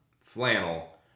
Flannel